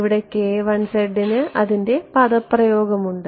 ഇവിടെ ന് അതിന്റെ പദപ്രയോഗം ഉണ്ട്